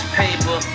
paper